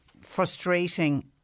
frustrating